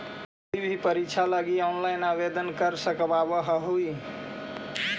तु कोई भी परीक्षा लगी ऑनलाइन आवेदन कर सकव् हही